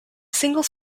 singles